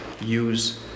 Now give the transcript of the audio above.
use